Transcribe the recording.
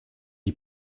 die